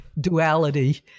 duality